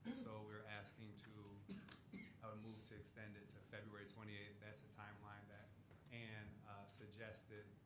so we're asking to move to extend it to february twenty eighth. that's the timeline that ann suggested.